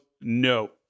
no